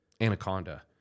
anaconda